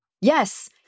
Yes